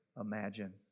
imagine